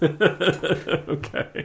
okay